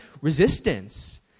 resistance